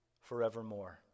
forevermore